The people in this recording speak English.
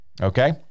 okay